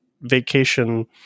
vacation